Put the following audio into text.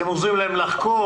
אתם עוזרים להם לחקור?